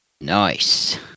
Nice